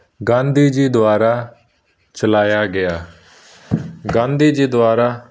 ਗਾਂਧੀ ਜੀ ਦੁਆਰਾ ਚਲਾਇਆ ਗਿਆ ਗਾਂਧੀ ਜੀ ਦੁਆਰਾ